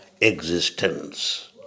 existence